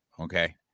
Okay